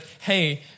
hey